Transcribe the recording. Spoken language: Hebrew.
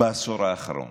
בעשור האחרון,